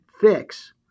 fix